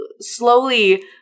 slowly